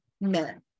men